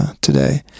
today